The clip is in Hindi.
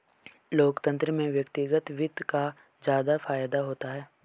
लोकतन्त्र में व्यक्तिगत वित्त का ज्यादा फायदा होता है